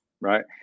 right